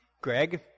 Greg